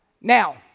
Now